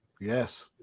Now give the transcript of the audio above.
Yes